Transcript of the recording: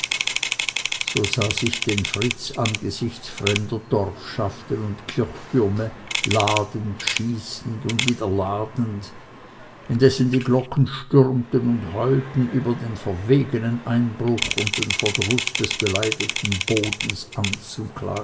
so sah sich denn fritz angesichts fremder dorfschaften und kirchtürme ladend schießend und wieder ladend indessen die glocken stürmten und heulten über den verwegenen einbruch und den verdruß des beleidigten bodens